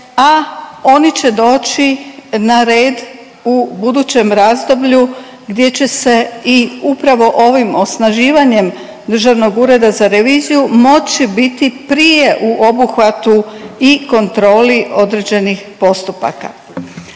a oni će doći na red u budućem razdoblju gdje će se i upravo ovim osnaživanjem Državnog ureda za reviziju moći biti prije u obuhvatu u kontroli određenih postupaka.